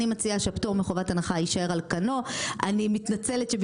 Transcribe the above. אני מציעה שהפטור מחובת הנחה יישאר על כנו.